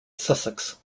sussex